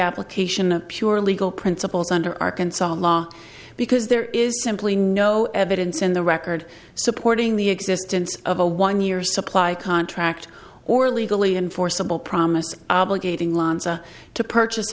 application of pure legal principles under arkansas law because there is simply no evidence in the record supporting the existence of a one year supply contract or legally enforceable promise obligating lanza to purchase